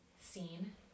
scene